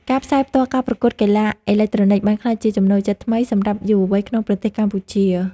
ការផ្សាយផ្ទាល់ការប្រកួតកីឡាអេឡិចត្រូនិកបានក្លាយជាចំណូលចិត្តថ្មីសម្រាប់យុវវ័យក្នុងប្រទេសកម្ពុជា។